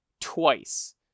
twice